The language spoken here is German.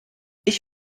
ich